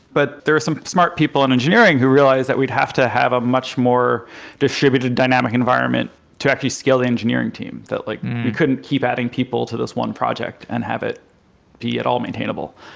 but there is some smart people in engineering who realized that we'd have to have a much more distributed dynamic environment to actually scale the engineering team, that like we couldn't keep adding people to this one project and have it be at all maintainable.